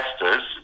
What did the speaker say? investors